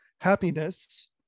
happiness